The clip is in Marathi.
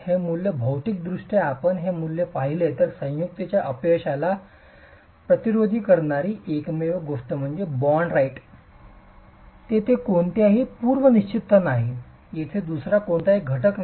हे मूल्य भौतिकदृष्ट्या आपण हे मूल्य पाहिले तर संयुक्त च्या अपयशाला प्रतिरोध करणारी एकमेव गोष्ट म्हणजे बॉन्ड राइट तेथे कोणतीही पूर्वनिश्चितता नाही येथे दुसरा कोणताही घटक नाही